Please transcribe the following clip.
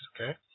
Okay